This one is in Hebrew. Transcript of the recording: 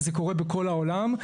זה קורה בכל העולם,